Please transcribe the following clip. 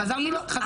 זו